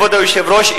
כבוד היושב-ראש,